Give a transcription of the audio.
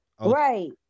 right